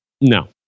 no